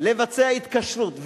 לבצע התקשרות.